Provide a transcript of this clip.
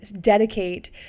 dedicate